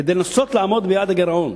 כדי לנסות לעמוד ביעד הגירעון.